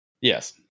Yes